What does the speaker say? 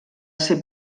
ser